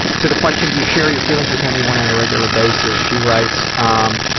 to the question, do you share your feelings with anyone on a regular basis, she writes, ah, um